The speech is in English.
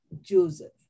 Joseph